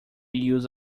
use